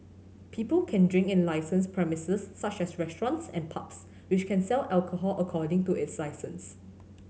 people can drink in licensed premises such as restaurants and pubs which can sell alcohol according to its licence